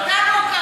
תודה רבה.